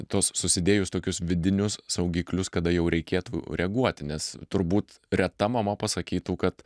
tuos susidėjus tokius vidinius saugiklius kada jau reikėtų reaguoti nes turbūt reta mama pasakytų kad